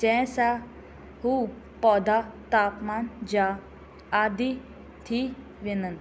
जंहिं सां हू पौधा तापमान जा आदि थी वञनि